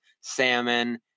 salmon